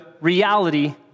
reality